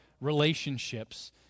relationships